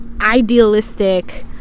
idealistic